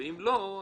אם לא,